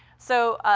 so,